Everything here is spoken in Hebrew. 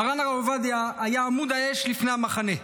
מרן הרב עובדיה היה עמוד האש לפני המחנה,